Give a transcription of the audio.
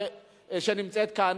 שנמצאת כאן,